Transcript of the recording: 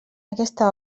aquesta